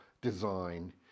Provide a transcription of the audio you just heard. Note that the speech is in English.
design